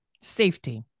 safety